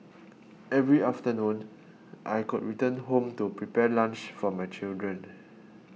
every afternoon I could return home to prepare lunch for my children